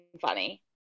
funny